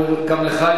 וגם לך,